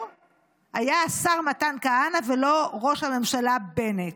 היה השר מתן כהנא ולא ראש הממשלה בנט,